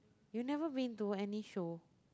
you never been any show